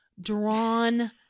drawn